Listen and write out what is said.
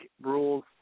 rules